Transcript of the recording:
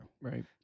Right